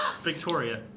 Victoria